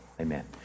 amen